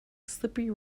slippery